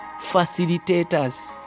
Facilitators